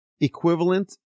equivalent